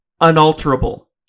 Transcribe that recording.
Unalterable